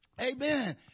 Amen